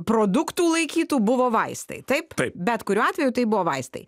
produktų laikytų buvo vaistai taip bet kuriuo atveju tai buvo vaistai